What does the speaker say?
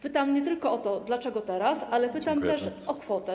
Pytam nie tylko o to, dlaczego teraz, ale pytam też o kwotę.